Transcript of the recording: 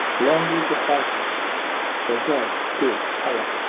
long live the fighters for god good allah,